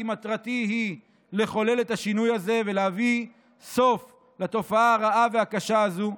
כי מטרתי היא לחולל את השינוי הזה ולהביא סוף לתופעה הרעה והקשה הזאת.